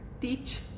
teach